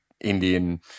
Indian